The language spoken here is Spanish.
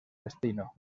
destino